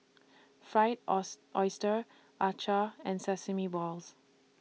Fried Oyster Acar and Sesame Balls